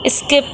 skip